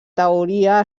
teoria